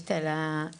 ומתרגשת על הוועדה.